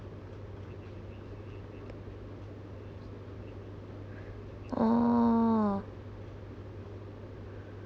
oh